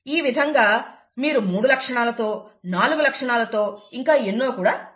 ఈ విధంగా మీరు మూడు లక్షణాలతో నాలుగు లక్షణాలతో ఇంకా ఎన్నో కూడా చేయవచ్చు